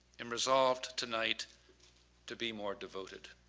and resolve tonight to be more devoted.